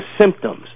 symptoms